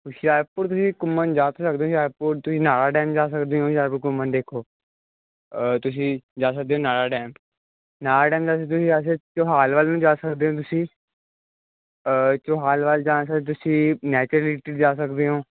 ਹੁਸ਼ਿਆਰਪੁਰ ਤੁਸੀਂ ਘੁੰਮਣ ਜਾ ਸਕਦੇ ਸੀ ਹੁਸ਼ਿਆਰਪੁਰ ਤੁਸੀਂ ਨਾਲਾ ਡੈਮ ਜਾ ਸਕਦੇ ਹੋ ਹੁਸ਼ਿਆਰਪੁਰ ਘੁੰਮਣ ਦੇਖੋ ਤੁਸੀਂ ਜਾ ਸਕਦੇ ਹੋ ਨਾਲਾ ਡੈਮ ਨਾਲਾ ਡੈਮ ਤੁਸੀਂ ਵੈਸੇ ਚੌਹਾਲ ਵੱਲ ਨੂੰ ਜਾ ਸਕਦੇ ਹੋ ਤੁਸੀਂ ਚੌਹਾਨ ਵੱਲ ਜਾ ਸਕਦੇ ਤੁਸੀਂ ਜਾ ਸਕਦੇ ਹੋ